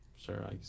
Sure